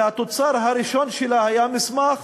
והתוצר הראשון שלה היה מסמך